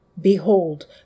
Behold